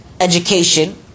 Education